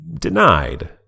denied